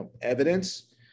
evidence